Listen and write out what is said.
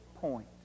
point